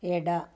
ಎಡ